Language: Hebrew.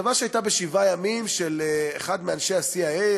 כתבה שהייתה ב-"7 ימים" על אחד מאנשי ה-CIA,